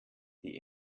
die